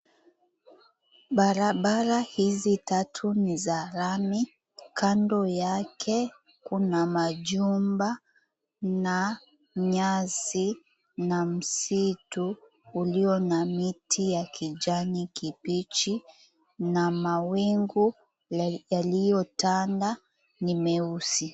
Barabara hizi tatu ni za lami kando yake kuna majumba na nyasi na msitu ulio na miti ya kijani kibichi na mawingu yaliyotanda ni meusi.